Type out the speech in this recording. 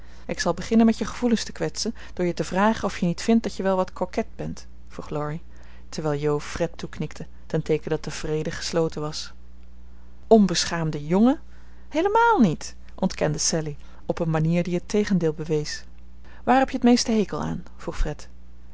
ik zal beginnen met je gevoelens te kwetsen door je te vragen of je niet vindt dat je wel wat coquet bent vroeg laurie terwijl jo fred toeknikte ten teeken dat de vrede gesloten was onbeschaamde jongen heelemaal niet ontkende sallie op een manier die het tegendeel bewees waar heb je het meeste hekel aan vroeg fred